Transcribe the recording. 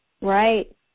Right